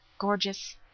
gorgeous